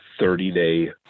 30-day